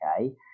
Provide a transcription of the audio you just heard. Okay